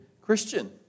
Christian